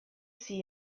see